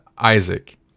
Isaac